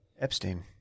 Epstein